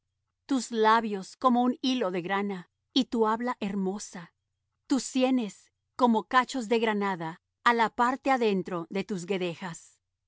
tus labios como un hilo de grana y tu habla hermosa tus sienes como cachos de granada á la parte adentro de tus guedejas tu